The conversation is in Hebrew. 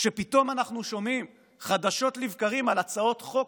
שפתאום אנחנו שומעים חדשות לבקרים על הצעות חוק